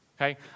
Okay